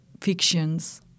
fictions